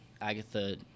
Agatha